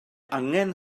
angen